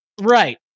Right